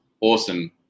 awesome